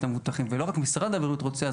למבוטחים ולא רק משרד הבריאות רוצה,